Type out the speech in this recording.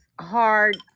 hard